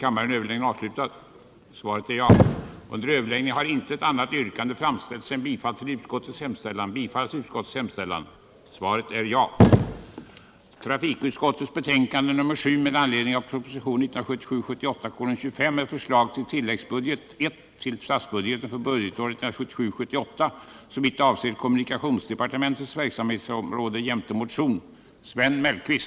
a. godkänna de riktlinjer för lämnande av lånegaranti till Rederi AB Gotland som i propositionen förordats,